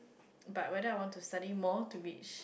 but rather I want to study more to reach